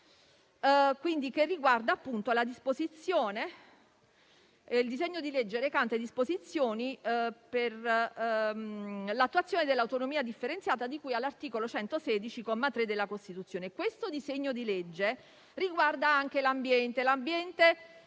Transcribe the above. di risoluzione; mi riferisco al disegno di legge recante disposizioni per l'attuazione dell'autonomia differenziata, di cui all'articolo 116, comma 3, della Costituzione. Questo disegno di legge riguarda anche l'ambiente